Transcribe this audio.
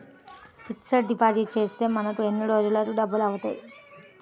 Fixed deposit చేస్తే మనకు ఎన్ని రోజులకు డబల్ అవుతాయి?